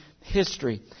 history